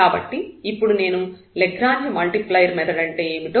కాబట్టి ఇప్పుడు నేను లాగ్రాంజ్ మల్టిప్లైయర్ మెథడ్ అంటే ఏమిటో వివరిస్తాను